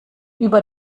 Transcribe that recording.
über